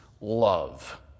love